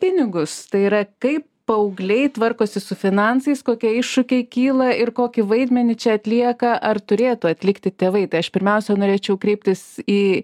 pinigus tai yra kaip paaugliai tvarkosi su finansais kokie iššūkiai kyla ir kokį vaidmenį čia atlieka ar turėtų atlikti tėvai tai aš pirmiausia norėčiau kreiptis į